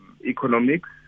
economics